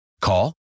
Call